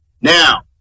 Now